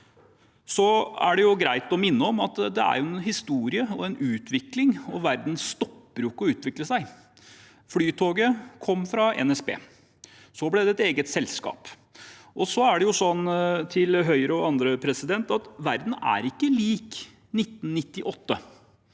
Det er også greit å minne om at det er en historie og en utvikling, og verden stopper jo ikke å utvikle seg. Flytoget kom fra NSB, så ble det et eget selskap. Til Høyre og andre: Verden ikke er lik 1998.